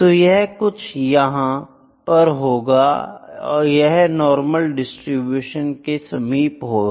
तो यह कुछ यहां पर होगा यह नॉर्मल डिस्ट्रीब्यूशन के कुछ समीप होगा